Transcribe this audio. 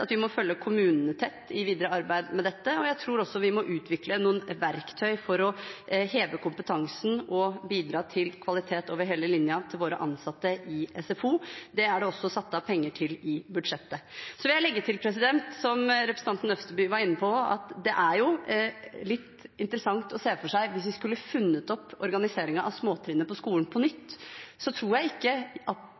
vi må følge kommunene tett i videre arbeid med dette, og jeg tror også vi må utvikle noen verktøy for å heve kompetansen og bidra til kvalitet over hele linjen til våre ansatte i SFO. Det er det også satt av penger til i budsjettet. Så vil jeg legge til at det er litt interessant å se for seg dette, som representanten Øvstegård var inne på: Hvis vi skulle funnet opp organiseringen av småtrinnet på skolen på